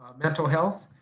mental health,